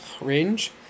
Range